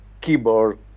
keyboard